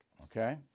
Okay